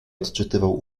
odczytywał